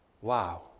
Wow